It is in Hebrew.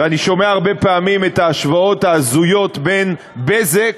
ואני שומע הרבה פעמים את ההשוואות ההזויות בין "בזק",